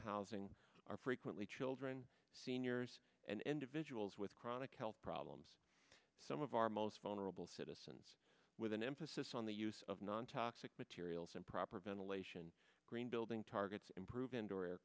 housing are frequently children seniors and individuals with chronic health problems some of our most vulnerable citizens with an emphasis on the use of non toxic materials and proper ventilation green building targets improve indoor air